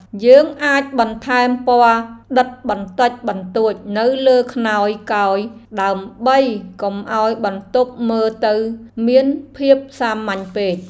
យើងអាចបន្ថែមពណ៌ដិតបន្តិចបន្តួចនៅលើខ្នើយកើយដើម្បីកុំឱ្យបន្ទប់មើលទៅមានភាពសាមញ្ញពេក។